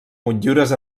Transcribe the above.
motllures